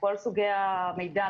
בכל סוגי המידע,